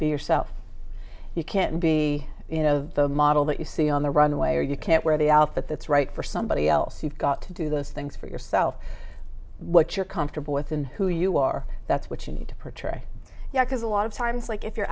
be yourself you can't be the model that you see on the runway or you can't wear the outfit that's right for somebody else you've got to do those things for yourself what you're comfortable with and who you are that's what you need to portray yes because a lot of times like if you're